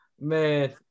Man